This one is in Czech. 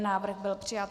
Návrh byl přijat.